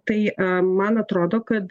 tai man atrodo kad